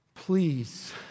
Please